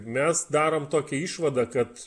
mes darom tokią išvadą kad